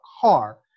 car